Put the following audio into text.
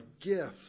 gifts